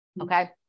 Okay